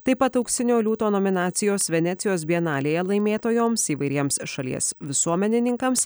taip pat auksinio liūto nominacijos venecijos bienalėje laimėtojoms įvairiems šalies visuomenininkams